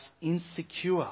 insecure